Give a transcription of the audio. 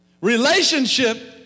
relationship